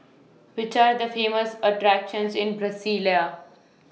Which Are The Famous attractions in Brasilia